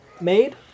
made